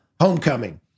homecoming